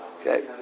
Okay